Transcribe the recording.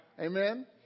Amen